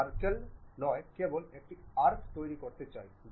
তাই আমি সার্কেলটি সরিয়ে দিলাম